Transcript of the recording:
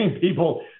people